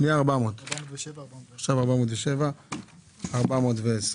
פנייה 407 עד 410,